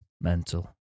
Mental